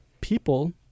People